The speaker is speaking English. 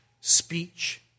speech